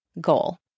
goal